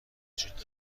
وجود